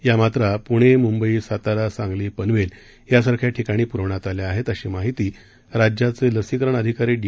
या मात्रा पुणे मुंबई सातारा सांगली पनवेल यासारख्या ठिकाणी पुरवण्यात आल्या आहेत अशी माहिती राज्याचे लसीकरण अधिकारी डी